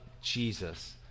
Jesus